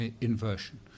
inversion